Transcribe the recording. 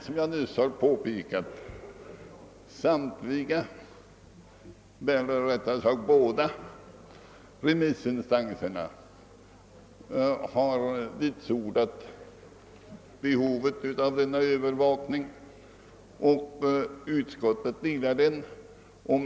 Som jag nyss påpekat har båda remissinstanserna vitsordat behovet av denna övervakning, vilket också utskottsmajoriteten gjort.